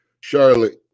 Charlotte